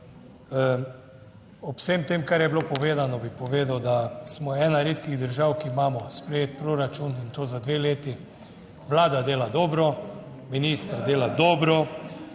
Ob vsem tem, kar je bilo povedano, bi povedal, da smo ena redkih držav, ki imamo sprejet proračun, in to za dve leti. Vlada dela dobro, minister dela dobro,